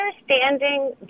understanding